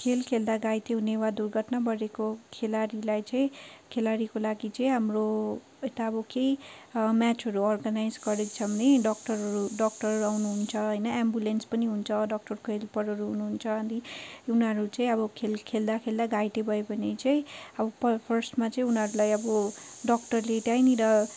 खेल खेल्दा घाइते हुने वा दुर्घटना बढेको खेलाडीलाई चाहिँ खेलाडीको लागि चाहिँ हाम्रो यता अब केही म्याचहरू अर्गनाइज गरेछौँ है डक्टरहरू डक्टर आउनुहुन्छ होइन एम्बुलेन्स पनि हुन्छ डक्टरकै हेल्परहरू हुनुहुन्छ अनि उनीहरू चाहिँ अब खेल खेल्दा खेल्दा घाइते भए भने चाहिँ अब फर्स्टमा चाहिँ उनीहरूलाई अब डक्टरले त्यहीँनिर